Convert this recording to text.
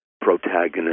protagonist